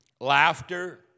laughter